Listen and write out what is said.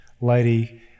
lady